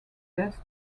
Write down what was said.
dust